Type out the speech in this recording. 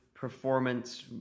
performance